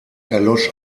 erlosch